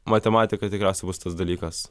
matematika tikriausiai bus tas dalykas